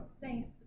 thanks